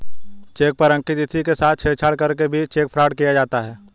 check पर अंकित तिथि के साथ छेड़छाड़ करके भी चेक फ्रॉड किया जाता है